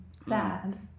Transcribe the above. sad